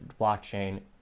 blockchain